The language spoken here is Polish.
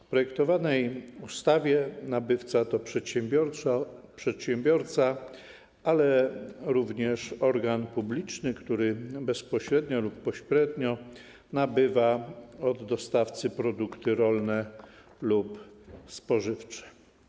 W projektowanej ustawie nabywca to przedsiębiorca, ale również organ publiczny, który bezpośrednio lub pośrednio nabywa od dostawcy produkty rolne lub spożywcze.